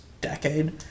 decade